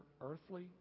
earthly